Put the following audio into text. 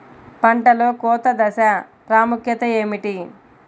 పంటలో కోత దశ ప్రాముఖ్యత ఏమిటి?